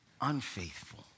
unfaithful